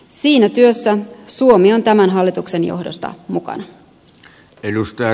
siinä työssä suomi on tämän hallituksen johdosta mukana